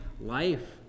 life